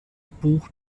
buch